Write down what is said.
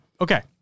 Okay